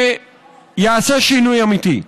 שיעשה שינוי אמיתי.